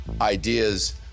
ideas